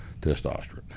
testosterone